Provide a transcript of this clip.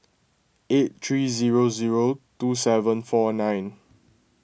eight three zero zero two seven four nine